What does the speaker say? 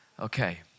Okay